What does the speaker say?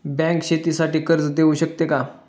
Bank शेतीसाठी कर्ज देऊ शकते का?